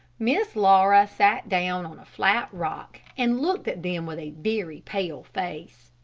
miss laura sat down on a flat rock, and looked at them with a very pale face.